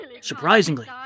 Surprisingly